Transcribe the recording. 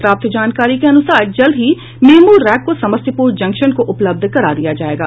प्राप्त जानकारी के अनुसार जल्द ही मेमू रैक को समस्तीपूर जंक्शन को उपलब्ध करा दिया जायेगा